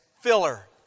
filler